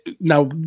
Now